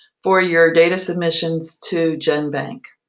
for your data submissions to genbank.